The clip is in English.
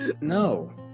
No